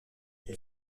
elle